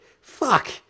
Fuck